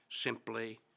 simply